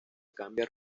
cambia